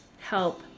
help